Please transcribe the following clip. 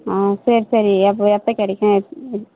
ஆ சரி சரி அப்போ எப்போ கிடைக்கும்